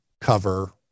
cover